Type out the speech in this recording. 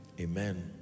Amen